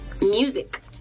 music